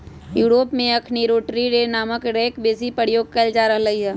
Europe में अखनि rotary रे नामके हे रेक बेशी प्रयोग कएल जा रहल हइ